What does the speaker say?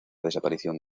desaparición